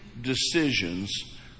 decisions